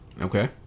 Okay